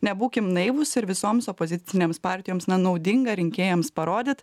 nebūkim naivūs ir visoms opozicinėms partijoms na naudinga rinkėjams parodyt